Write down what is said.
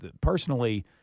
personally